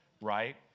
right